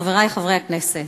חברי חברי הכנסת,